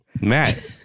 Matt